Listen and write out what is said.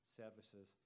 services